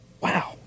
Wow